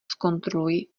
zkontroluj